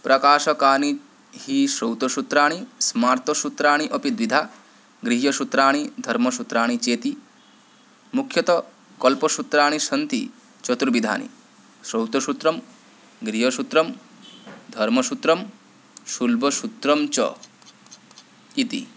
प्रकाशकानि हि श्रौतसूत्राणि स्मार्तसूत्राणि अपि द्विधा गृह्यसूत्राणि धर्मसूत्राणि चेति मुख्यतः कल्पसूत्राणि सन्ति चतुर्विधानि श्रौतसूत्रं गृह्यसूत्रं धर्मसूत्रं शुल्बसूत्रं च इति